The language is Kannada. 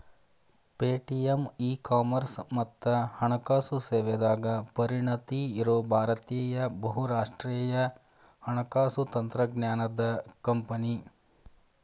ಪೆ.ಟಿ.ಎಂ ಇ ಕಾಮರ್ಸ್ ಮತ್ತ ಹಣಕಾಸು ಸೇವೆದಾಗ ಪರಿಣತಿ ಇರೋ ಭಾರತೇಯ ಬಹುರಾಷ್ಟ್ರೇಯ ಹಣಕಾಸು ತಂತ್ರಜ್ಞಾನದ್ ಕಂಪನಿ